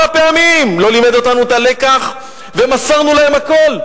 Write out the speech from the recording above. פעמים לא לימדו אותנו את הלקח ומסרנו להם הכול.